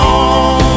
on